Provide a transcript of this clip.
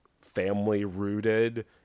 family-rooted